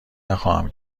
نخواهم